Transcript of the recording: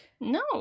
No